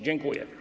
Dziękuję.